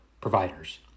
providers